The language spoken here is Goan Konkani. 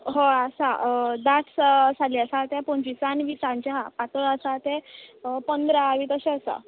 हय आसा दाट साली आसा ते पंचवीसा आनी वीसांचे आसा पातळ आसा ते पंदरा बीन तशें आसा